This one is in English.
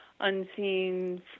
unseen